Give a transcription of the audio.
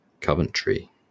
Coventry